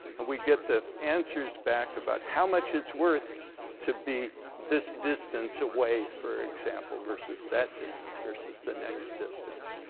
and we get the answers back about how much it's worth to be this distance away, for example, versus that distance versus the next distance.